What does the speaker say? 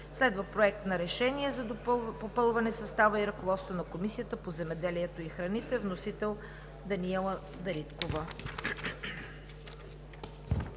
Проект на решение за попълване състава и ръководството на Комисията по земеделието и храните. Вносител: Даниела Дариткова.